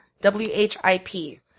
W-H-I-P